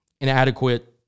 inadequate